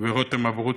רותם אברוצקי,